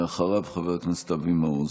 אחריו, חבר הכנסת אבי מעוז.